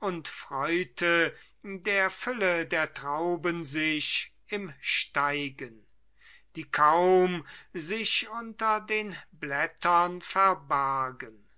und freute der fülle der trauben sich im steigen die kaum sich unter den blättern verbargen